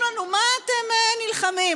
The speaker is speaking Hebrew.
מה אתם נלחמים?